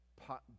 pot